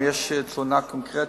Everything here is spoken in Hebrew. אם יש תלונה קונקרטית,